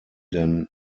denn